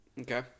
Okay